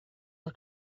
her